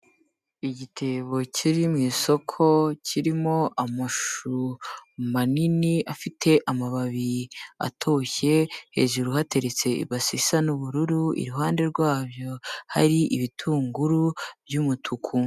Igitebo kiri mu isoko kirimo amashu manini afite amababi atoshye, hejuru hateretse base isa n'ubururu, iruhande rwabyo hari ibitunguru by'umutuku.